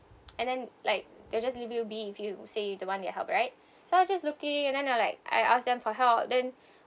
and then like they'll just leave you be if you say you don't want their help right so I was just looking and then they're like I ask them for help then